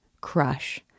crush